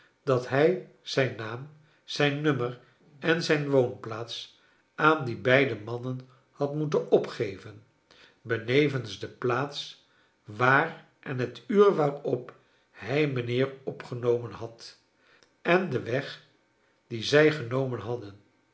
dat hij zijn naam zijn nummer en zijn woonplaats aan die beide mannen had moeten opgeven benevens de plaats waar en het uur waarop hij mijnheer opgenomen had en den weg dien zij genomen haddem